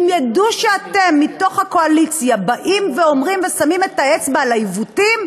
אם ידעו שאתם מתוך הקואליציה באים ושמים את האצבע על העיוותים,